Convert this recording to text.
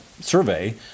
survey